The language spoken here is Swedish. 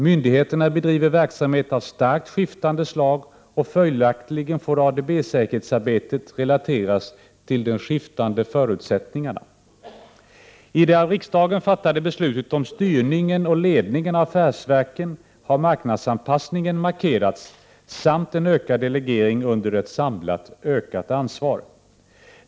Myndigheterna bedriver verksamhet av starkt skiftande slag, och följaktligen får ADB-säkerhetsarbetet relateras till dessa skiftande förutsättningar. I det av riksdagen fattade beslutet om styrningen och ledningen av affärsverken har marknadsanpassningen markerats liksom en ökad delegering under ett samlat ökat ansvar.